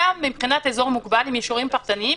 וגם מבחינת אזור מוגבל עם אישורים פרטניים,